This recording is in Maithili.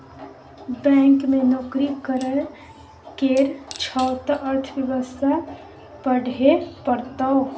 बैंक मे नौकरी करय केर छौ त अर्थव्यवस्था पढ़हे परतौ